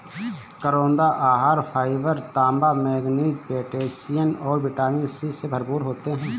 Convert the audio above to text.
करौंदा आहार फाइबर, तांबा, मैंगनीज, पोटेशियम और विटामिन सी से भरपूर होते हैं